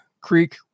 Creek